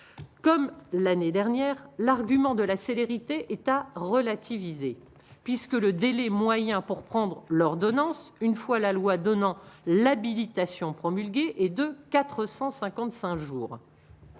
comme l'année dernière, l'argument de la célérité est à relativiser, puisque le délai moyen pour prendre l'ordonnance, une fois la loi donnant l'habilitation promulguée et de 455 jours